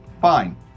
fine